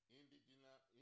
indigenous